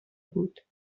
بود